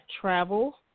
Travel